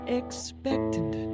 expectant